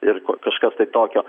ir ku kažkas tai tokio